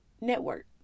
network